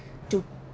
to